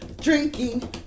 drinking